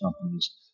companies